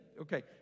Okay